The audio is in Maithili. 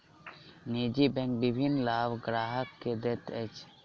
निजी बैंक विभिन्न लाभ ग्राहक के दैत अछि